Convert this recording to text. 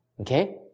Okay